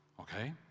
Okay